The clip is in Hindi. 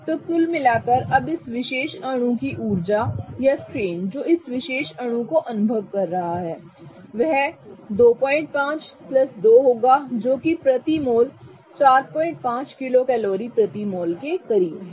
तो कुल मिलाकर अब इस विशेष अणु की ऊर्जा या स्ट्रेन जो इस विशेष अणु का अनुभव कर रहा है वह 25 प्लस 2 होगा जो कि प्रति मोल 45 किलो कैलोरी के करीब है